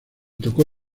tocó